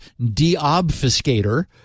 deobfuscator